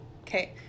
Okay